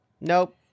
Nope